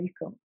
welcome